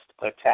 attack